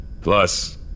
Plus